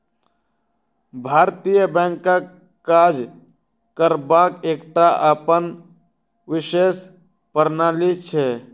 भारतीय बैंकक काज करबाक एकटा अपन विशेष प्रणाली छै